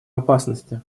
опасности